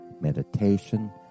meditation